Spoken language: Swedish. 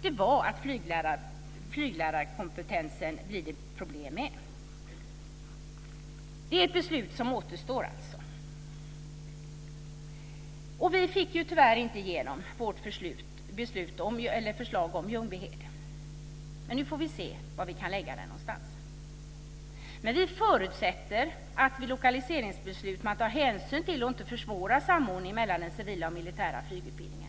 Det skulle bli problem med flyglärarkompetensen. Det är alltså ett beslut som återstår. Vi fick tyvärr inte igenom vårt förslag om Ljungbyhed. Nu får vi se var vi kan lägga flygskolan någonstans. Vi förutsätter att man vid lokaliseringsbeslut tar hänsyn till och inte försvårar samordning mellan den civila och den militära flygutbildningen.